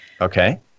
Okay